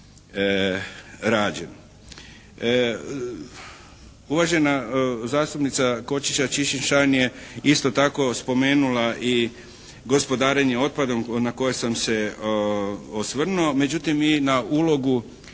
Uvažena zastupnica Košiša Čičin-Šain je isto tako spomenula i gospodarenje otpadom na koje sam se osvrnuo međutim i na ulogu